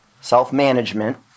self-management